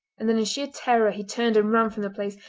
and then in sheer terror he turned and ran from the place,